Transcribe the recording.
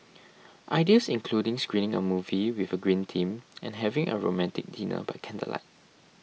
ideas include screening a movie with a green theme and having a romantic dinner by candlelight